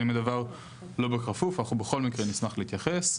אם הדבר לא בכפוף אנחנו בכל מקרה נשמח להתייחס.